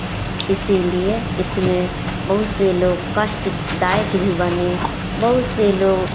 इसीलिए इसमें बहुत से लोक कष्टदायक भी बने बहुत से लोग